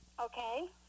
okay